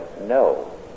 no